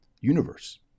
universe